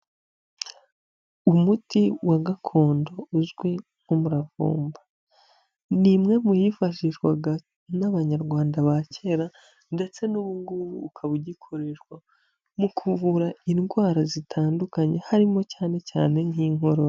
Umuti wa gakondo uzwi nkumuravumba ni imwe mu yifashishwaga n'abanyarwanda ba kera ndetse n'ubungubu ukaba ugikoreshwa mu kuvura indwara zitandukanye harimo cyane cyane nk'inkorora.